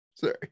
Sorry